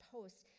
Post